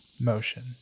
motion